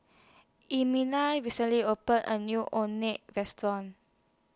recently opened A New Orh Nee Restaurant